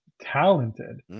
talented